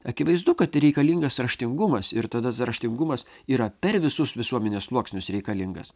akivaizdu kad reikalingas raštingumas ir tada raštingumas yra per visus visuomenės sluoksnius reikalingas